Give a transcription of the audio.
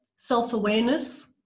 self-awareness